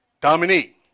Dominique